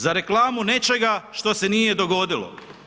Za reklamu nečega što se nije dogodilo.